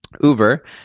Uber